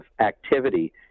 activity